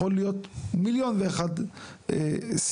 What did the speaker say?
יכולות להיות מיליון ואחת סיבות,